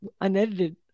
unedited